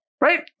Right